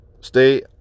Stay